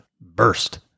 burst